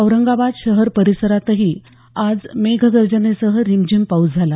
औरंगाबाद शहर परिसरातही आज मेघगर्जनेसह रिमझिम पाऊस झाला